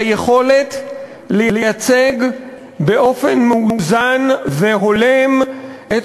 ביכולת לייצג באופן מאוזן והולם את